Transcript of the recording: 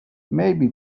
maybe